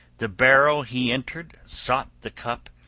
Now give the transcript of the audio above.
the barrow he entered, sought the cup,